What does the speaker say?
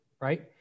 right